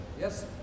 Yes